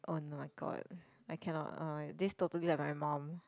oh no god I cannot uh this totally like my mum